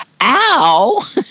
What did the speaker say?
ow